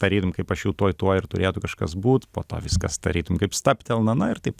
tarytum kaip aš jau tuoj tuoj ir turėtų kažkas būt po to viskas tarytum kaip stabtelna na ir taip